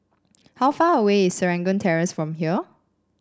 how far away is Serangoon Terrace from here